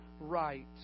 right